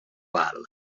val